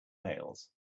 nails